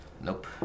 Nope